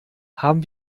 haben